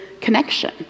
connection